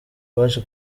baje